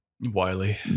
Wiley